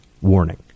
Warning